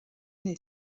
est